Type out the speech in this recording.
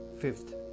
Fifth